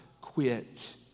quit